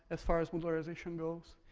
as far as motorization goes.